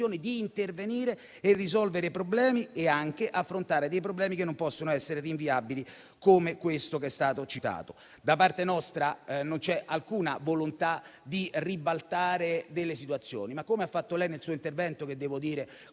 di intervenire, risolvere i problemi e anche affrontare problemi che non possono essere rinviabili come quello che è stato citato. Da parte nostra, non c'è alcuna volontà di ribaltare delle situazioni, e - come ha fatto lei nel suo intervento - con